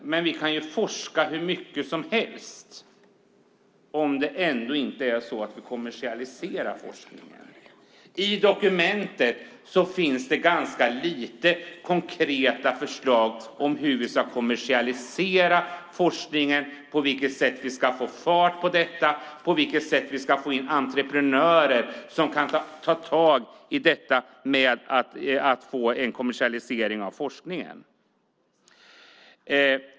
Men om forskningen inte kommersialiseras kan vi forska hur mycket som helst. I dokumentet finns det ganska få konkreta förslag om hur vi ska kommersialisera forskningen, om hur vi ska få fart på detta och om hur vi ska få in entreprenörer som kan ta tag i detta med att kommersialisera forskningen.